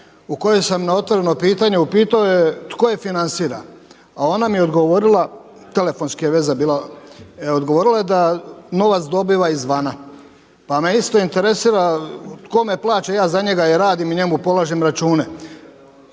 u kojoj sam na otvoreno pitanje upitao je tko je financira. A ona mi je odgovorila, telefonski je veza bila, odgovorila je da novac dobiva izvana. Pa me isto interesira tko me plaća ja za njega i radim i njemu polažem račune.